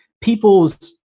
people's